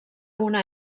una